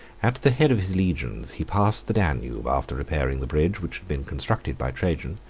at the head of his legions he passed the danube after repairing the bridge which had been constructed by trajan,